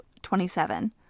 27